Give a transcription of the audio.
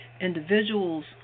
individuals